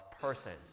persons